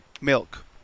milk